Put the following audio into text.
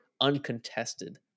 uncontested